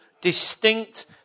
distinct